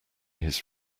his